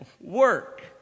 work